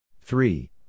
three